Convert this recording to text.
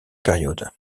périodes